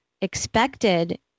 expected